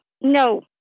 no